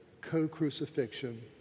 co-crucifixion